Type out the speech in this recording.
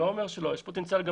יש פוטנציאל בעיריות,